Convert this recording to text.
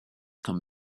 come